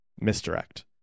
misdirect